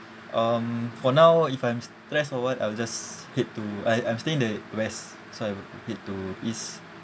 um for now if I'm stressed or what I'll just head to I I'm staying in the west so I will head to east